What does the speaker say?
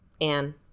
Anne